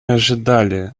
ожидали